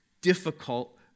difficult